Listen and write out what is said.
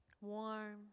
warm